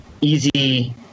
easy